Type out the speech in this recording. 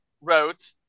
wrote